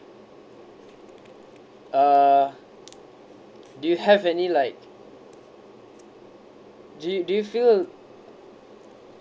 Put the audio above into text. uh do you have any like do you do you feel